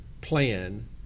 plan